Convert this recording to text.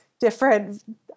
different